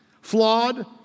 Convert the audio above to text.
flawed